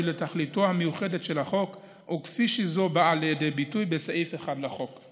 לתכליתו המיוחדת של החוק כפי שזו באה לידי ביטוי בסעיף 1 לחוק.